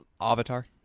Avatar